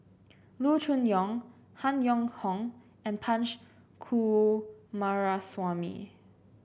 Loo Choon Yong Han Yong Hong and Punch Coomaraswamy